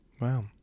Wow